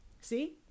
See